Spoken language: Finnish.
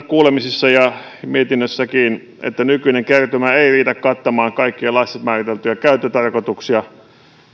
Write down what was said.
kuulemisissa ja mietinnössäkin nykyinen kertymä ei riitä kattamaan kaikkia laissa määriteltyjä käyttötarkoituksia ja